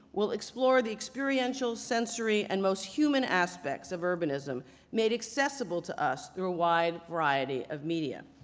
will explore the experiential sensory and most human aspects of urbanism made accessible to us through a wide variety of media.